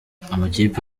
amakipe